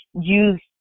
use